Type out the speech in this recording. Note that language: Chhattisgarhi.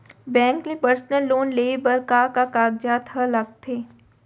बैंक ले पर्सनल लोन लेये बर का का कागजात ह लगथे?